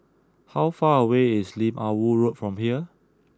how far away is Lim Ah Woo Road from here